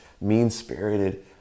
mean-spirited